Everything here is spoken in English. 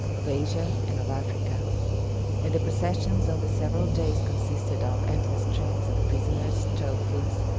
of asia, and of africa and the processions on the several days consisted of endless trains of prisoners, trophies,